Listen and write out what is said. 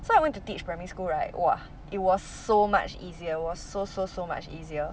so I went to teach primary school right !wah! it was so much easier was so so so much easier